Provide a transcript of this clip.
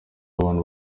w’abantu